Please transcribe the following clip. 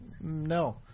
no